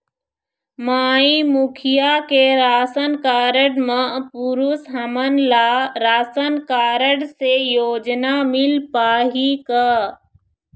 माई मुखिया के ration card म पुरुष हमन ला राशन कारड से योजना मिल पाही का?